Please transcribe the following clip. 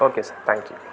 okay sir thank you